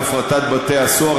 להפרטת בתי-הסוהר,